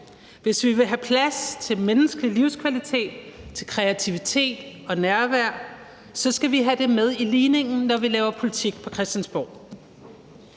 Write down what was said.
Hvis vi vil have plads til menneskelig livskvalitet, til kreativitet og til nærvær, så skal vi have det med i ligningen, når vi laver politik på Christiansborg.